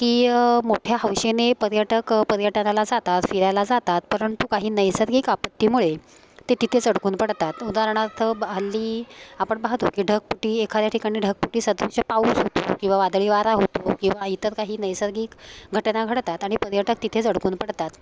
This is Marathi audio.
की मोठ्या हौशेने पर्यटक पर्यटनाला जातात फिरायला जातात परंतु काही नैसर्गिक आपत्तीमुळे ते तिथेच अडकून पडतात उदाहरणार्थ हल्ली आपण पाहतो की ढगफुटी एखाद्या ठिकाणी ढगफुटीसदृश्य पाऊस होतो किंवा वादळीवारा होतो किंवा इतर काही नैसर्गिक घटना घडतात आणि पर्यटक तिथेच अडकून पडतात